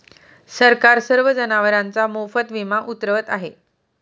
सरकार सर्व जनावरांचा मोफत विमा उतरवत आहे